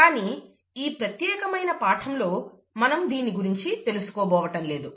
కానీ ఈ ప్రత్యేకమైన పాఠంలో మనం దీని గురించి తెలుసుకోబోవటంలేదు